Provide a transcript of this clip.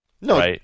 No